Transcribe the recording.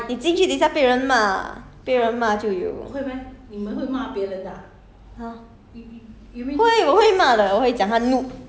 你不会玩的 lah 你你进去等一下被人骂被人骂就有